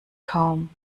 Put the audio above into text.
kaum